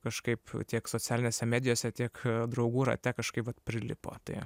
kažkaip tiek socialinėse medijose tiek draugų rate kažkaip vat prilipo tai